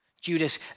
Judas